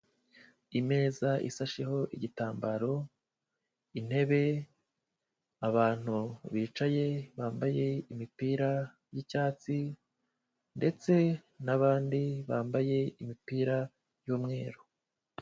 Imeza isasheho igitambaro, intebe abantu bicaye bambaye imipira y'icyatsi ndetse n'abandi bambaye imipira y'umweru.